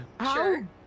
sure